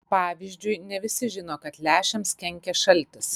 pavyzdžiui ne visi žino kad lęšiams kenkia šaltis